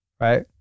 Right